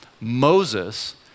Moses